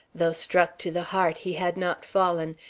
though struck to the heart, he had not fallen.